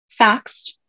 faxed